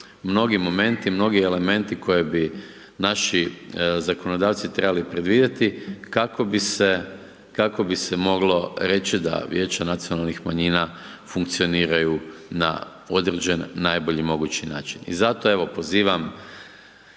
mnogi momenti, mnogi elementi koje bi naši zakonodavci trebali predvidjeti kako bi se, kako bi se moglo reći da Vijeća nacionalnih manjina funkcioniraju na određen, najbolje mogući način. I zato evo pozivam